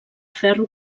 ferro